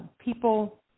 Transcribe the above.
people